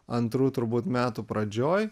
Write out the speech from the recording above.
antrų turbūt metų pradžioj